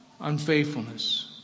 unfaithfulness